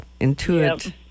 intuit